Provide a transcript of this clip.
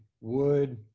wood